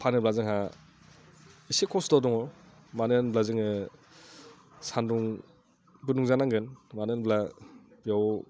फानोबा जोंहा एसे खस्थ' दङ मानो होनब्ला जोङो सानदुं गुदुं जानांगोन मानो होनब्ला बेयाव